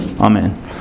amen